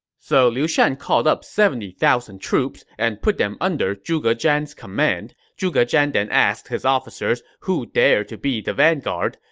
so liu shan called up seventy thousand troops and put them under zhuge zhan's command. zhuge zhan then asked his officers who dared to be the vanguard.